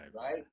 Right